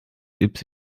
macht